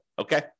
Okay